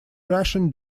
russian